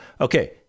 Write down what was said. Okay